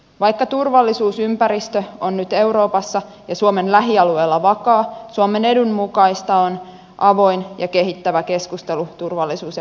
vaikka turvallisuusympäristö on nyt euroopassa ja suomen lähialueilla vakaa suomen edun mukaista on avoin ja kehittävä keskustelu turvallisuus ja puolustuspolitiikasta